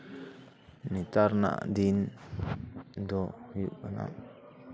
ᱱᱮᱛᱟᱨ ᱨᱮᱱᱟᱜ ᱫᱤᱱ ᱫᱚ ᱦᱩᱭᱩᱜ ᱠᱟᱱᱟ